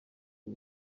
ubu